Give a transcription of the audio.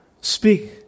speak